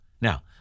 Now